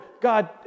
God